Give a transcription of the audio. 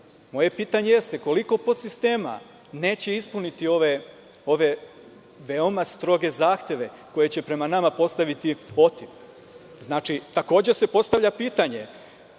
Moje pitanje jeste – koliko podsistema neće ispuniti ove veoma stroge zahteve koje će prema nama postaviti OTIF? Takođe, se postavlja pitanje